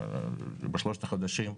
בשלושת החודשים,